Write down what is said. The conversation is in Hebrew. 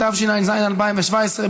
התשע"ז 2017,